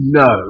no